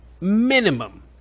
minimum